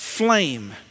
flame